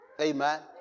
Amen